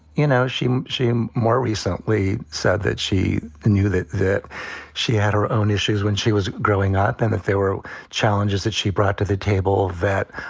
you know, she she and more recently said that she knew that that she had her own issues when she was growing up and that there were challenges that she brought to the table that